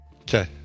okay